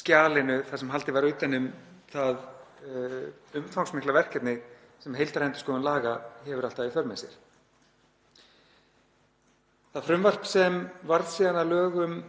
skjalinu þar sem haldið var utan um það umfangsmikla verkefni sem heildarendurskoðun laga hefur alltaf í för með sér. Það frumvarp sem varð síðan að lögum